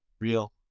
real